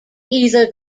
either